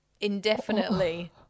indefinitely